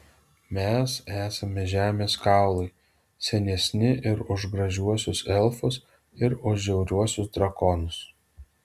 mes esame žemės kaulai senesni ir už gražiuosius elfus ir už žiauriuosius drakonus